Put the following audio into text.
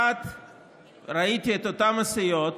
1. ראיתי את אותן הסיעות